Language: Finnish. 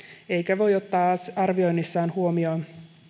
eikä voi ottaa arvioinnissaan huomioon